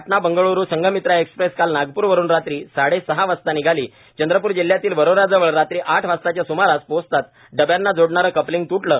Patna Bengaluru Sanghamitra express काल नागप्रवरून रात्री साडेसहा वाजता निघाली चंद्रप्र जिल्ह्यातील वरोराजवळ रात्री आठ वाजताच्या स्मारास पोचताच डब्याना जोडणारं कापलिंग तुटलं